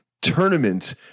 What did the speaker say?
tournament